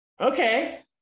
okay